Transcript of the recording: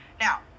Now